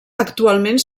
actualment